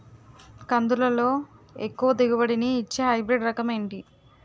కందుల లో ఎక్కువ దిగుబడి ని ఇచ్చే హైబ్రిడ్ రకం ఏంటి?